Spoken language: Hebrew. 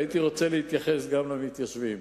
הייתי רוצה להתייחס גם למתיישבים.